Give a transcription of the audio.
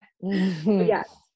Yes